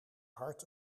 hart